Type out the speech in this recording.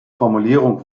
formulierung